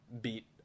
beat